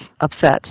upset